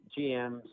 GMs